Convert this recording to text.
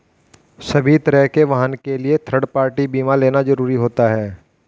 सभी तरह के वाहन के लिए थर्ड पार्टी बीमा लेना जरुरी होता है